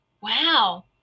Wow